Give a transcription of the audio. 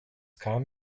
kam